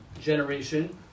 generation